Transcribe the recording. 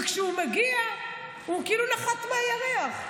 וכשהוא מגיע, הוא כאילו נחת מהירח.